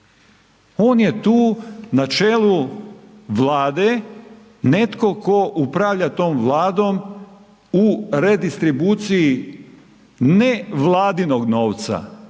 On je tu na čelu Vlade netko tko upravlja tom Vladom u redistribuciji ne vladinog novca,